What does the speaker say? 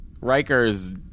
Riker's